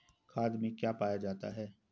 खाद में क्या पाया जाता है?